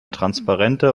transparente